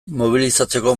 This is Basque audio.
mobilizatzeko